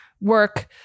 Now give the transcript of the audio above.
work